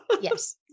yes